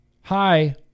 hi